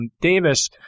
Davis